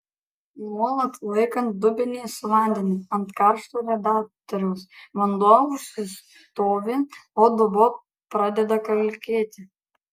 nuolat laikant dubenį su vandeniu ant karšto radiatoriaus vanduo užsistovi o dubuo pradeda kalkėti